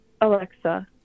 Alexa